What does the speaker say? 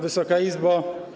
Wysoka Izbo!